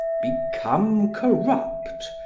become corrupt,